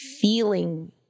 feeling